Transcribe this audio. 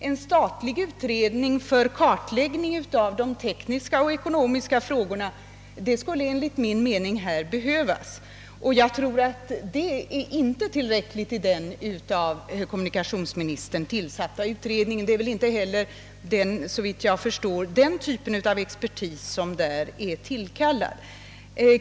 En statlig utredning för kartläggning av de tekniska och ekonomiska frågorna borde enligt min mening behövas, och jag tror inte att den av kommunikationsministern tillsatta utredningen är tillräcklig i detta avseende. Det är inte heller, såvitt jag förstår, den typ av expertis som har tillkallats.